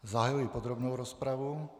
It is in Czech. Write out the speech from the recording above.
Zahajuji podrobnou rozpravu.